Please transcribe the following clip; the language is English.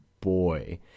boy